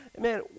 man